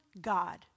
God